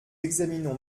examinons